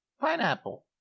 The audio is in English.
Pineapple